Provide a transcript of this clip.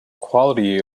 quality